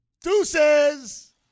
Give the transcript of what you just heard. Deuces